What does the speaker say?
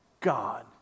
God